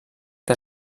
que